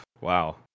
Wow